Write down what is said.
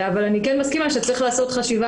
אבל אני כן מסכימה שצריך לעשות חשיבה